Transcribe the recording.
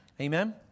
Amen